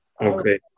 Okay